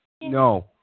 No